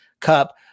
Cup